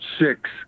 six